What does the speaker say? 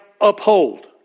uphold